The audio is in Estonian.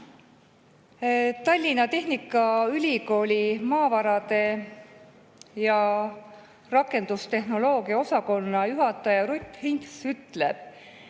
Tallinna Tehnikaülikooli maavarade ja rakendus[geoloogia] osakonna juhataja Rutt Hints ütleb,